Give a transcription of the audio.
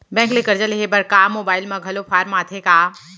Bank ले करजा लेहे बर का मोबाइल म घलो फार्म आथे का?